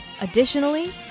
Additionally